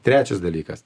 trečias dalykas